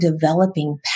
developing